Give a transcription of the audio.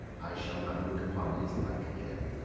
i shall not look upon his like again.